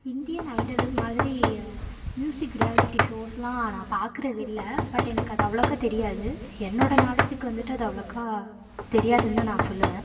Indian Idol மாதிரி music reality ஷோஸ்லாம் நான் பார்க்கறது இல்லை பட் எனக்கு அது அவ்வளோக்கா தெரியாது என்னோடய நாலேஜுக்கு வந்துவிட்டு அது அவ்வளோக்கா தெரியாதுன்னு தான் நான் சொல்வேன்